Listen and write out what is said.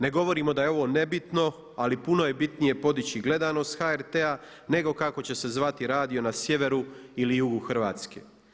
Ne govorimo da je ovo nebitno, ali puno je bitnije podići gledanost HRT-a nego kako će se zvati radio na sjeveru ili jugu Hrvatske.